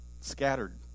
Scattered